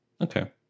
Okay